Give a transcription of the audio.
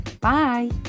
Bye